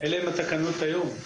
אלה הן התקנות היום.